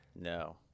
no